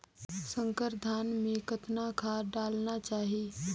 संकर धान मे कतना खाद डालना चाही?